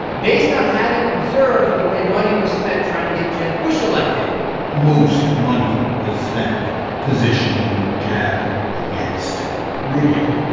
based on having observed the way money was spent trying to get jeb bush elected most money was spent positioning jeb against rubio,